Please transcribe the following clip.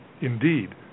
indeed